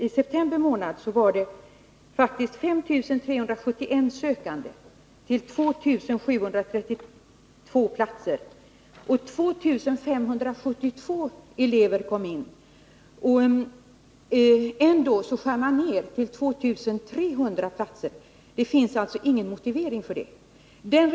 Iseptember var det 5 371 sökande till 2 732 platser och 2 572 elever kom in. Ändå skär man ner till 2 300 platser. Det finns alltså ingen motivering för nedskärning.